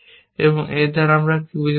আমি এর দ্বারা কি বোঝাতে চাই